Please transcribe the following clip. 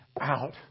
out